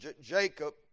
Jacob